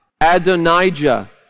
Adonijah